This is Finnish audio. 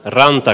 ranta